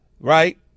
Right